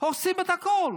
הורסים את הכול.